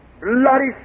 bloody